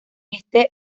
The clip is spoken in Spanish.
este